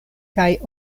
kaj